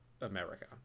America